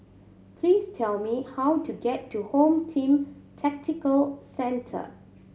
please tell me how to get to Home Team Tactical Centre